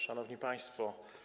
Szanowni Państwo!